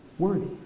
worthy